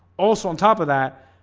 also on top of that